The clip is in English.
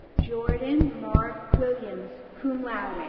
jordan marc williams, cum